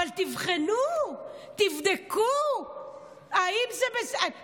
אבל תבחנו, תבדקו אם זה בסדר.